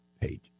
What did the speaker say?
page